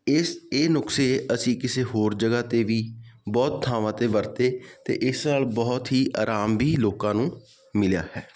ਇਸ ਇਹ ਨੁਸਖੇ ਅਸੀਂ ਕਿਸੇ ਹੋਰ ਜਗ੍ਹਾ 'ਤੇ ਵੀ ਬਹੁਤ ਥਾਵਾਂ 'ਤੇ ਵਰਤੇ ਅਤੇ ਇਸ ਨਾਲ ਬਹੁਤ ਹੀ ਆਰਾਮ ਵੀ ਲੋਕਾਂ ਨੂੰ ਮਿਲਿਆ ਹੈ